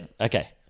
Okay